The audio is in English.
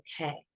okay